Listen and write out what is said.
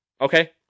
Okay